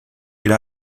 irá